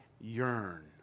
yearn